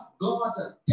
God's